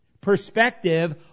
perspective